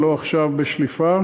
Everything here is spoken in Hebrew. אבל לא עכשיו בשליפה,